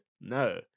No